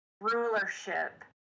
rulership